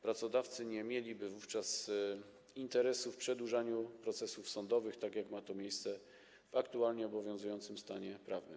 Pracodawcy nie mieliby wówczas interesu w przedłużaniu procesów sądowych, tak jak ma to miejsce w aktualnie obowiązującym stanie prawnym.